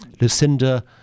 Lucinda